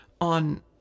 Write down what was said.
on